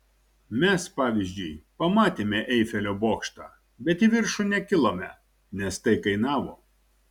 mes pavyzdžiui pamatėme eifelio bokštą bet į viršų nekilome nes tai kainavo